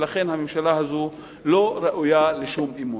ולכן הממשלה הזאת לא ראויה לשום אמון.